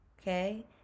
Okay